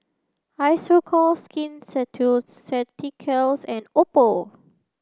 Isocal Skin Ceuticals and Oppo